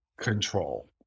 control